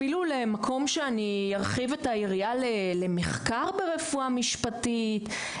אפילו למקום שאני ארחיב את העירייה למחקר ברפואה משפטית,